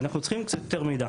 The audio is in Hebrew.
ואנחנו צריכים קצת יותר מידע.